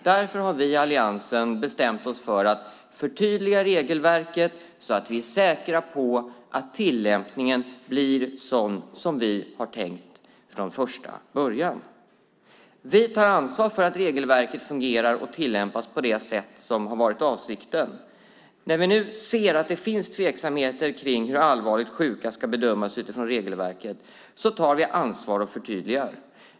Därför har vi i alliansen bestämt oss för att förtydliga regelverket så att vi är säkra på att tillämpningen blir sådan vi har tänkt från första början. Vi tar ansvar för att regelverket fungerar och tillämpas på det sätt som har varit avsikten. När vi nu ser att det finns tveksamheter kring hur allvarligt sjuka ska bedömas utifrån regelverket tar vi ansvar och förtydligar.